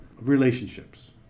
relationships